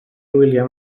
william